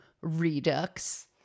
Redux